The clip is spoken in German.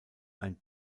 ein